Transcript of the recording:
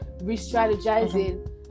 re-strategizing